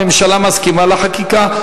הממשלה מסכימה לחקיקה,